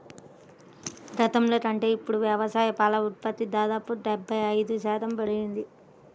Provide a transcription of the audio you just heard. గతంలో కంటే ఇప్పుడు వ్యవసాయ పాల ఉత్పత్తి దాదాపు డెబ్బై ఐదు శాతం పెరిగింది